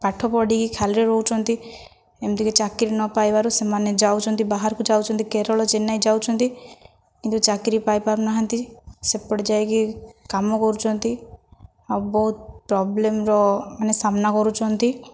ପାଠ ପଢ଼ିକି ଖାଲିରେ ରହୁଛନ୍ତି ଏମିତିକି ଚାକିରି ନପାଇବାରୁ ସେମାନେ ଯାଉଛନ୍ତି ବାହାରକୁ ଯାଉଛନ୍ତି କେରଳ ଚେନ୍ନାଇ ଯାଉଛନ୍ତି କିନ୍ତୁ ଚାକିରି ପାଇ ପାରୁନାହାନ୍ତି ସେପଟେ ଯାଇକି କାମ କରୁଛନ୍ତି ଆଉ ବହୁତ ପ୍ରବ୍ଲେମ୍ର ମାନେ ସାମ୍ନା କରଛନ୍ତି